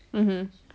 mmhmm